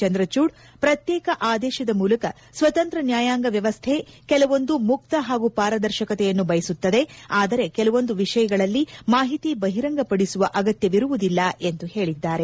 ಚಂದ್ರಚೂಡ್ ಪ್ರತ್ಯೇಕ ಆದೇಶದ ಮೂಲಕ ಸ್ವತಂತ್ರ ನ್ಯಾಯಾಂಗ ವ್ಯವಸ್ದೆ ಕೆಲವೊಂದು ಮುಕ್ತ ಹಾಗೂ ಪಾರದರ್ಶಕತೆಯನ್ನು ಬಯಸುತ್ತದೆ ಆದರೆ ಕೆಲವೊಂದು ವಿಷಯಗಳಲ್ಲಿ ಮಾಹಿತಿ ಬಹಿರಂಗಪಡಿಸುವ ಅಗತ್ಯವಿರುವುದಿಲ್ಲ ಎಂದು ಹೇಳಿದ್ದಾರೆ